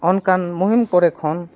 ᱚᱱᱠᱟᱱ ᱢᱩᱦᱤᱢ ᱠᱚᱨᱮ ᱠᱷᱚᱱ